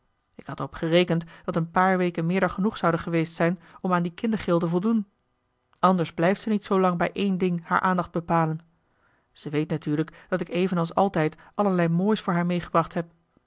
ik had er op gerekend dat een paar weken meer dan genoeg zouden geweest zijn om aan die kindergril te voldoen anders blijft ze niet zoolang bij één ding haar aandacht bepalen ze weet natuurlijk dat ik evenals altijd allerlei moois voor haar meegebracht heb